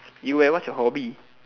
you eh what's your hobby